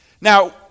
Now